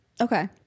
Okay